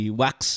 wax